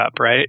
right